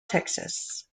texas